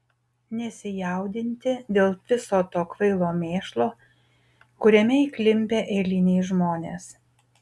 nesijaudinti dėl viso to kvailo mėšlo kuriame įklimpę eiliniai žmonės